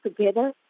together